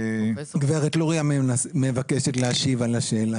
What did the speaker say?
לוריא מבקשת להשיב על השאלה.